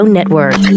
Network